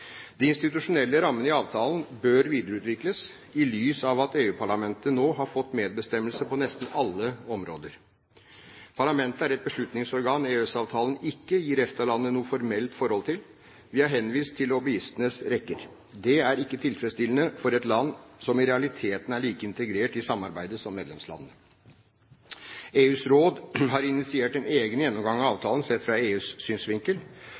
De institusjonelle rammene i avtalen bør videreutvikles i lys av at EU-parlamentet nå har fått medbestemmelse på nesten alle områder. Parlamentet er et beslutningsorgan EØS-avtalen ikke gir EFTA-landene noe formelt forhold til. Vi er henvist til lobbyistenes rekker. Det er ikke tilfredsstillende for et land som i realiteten er like integrert i samarbeidet som medlemslandene. EUs råd har initiert en egen gjennomgang av avtalen, sett fra EUs synsvinkel.